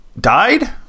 died